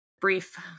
brief